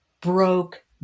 broke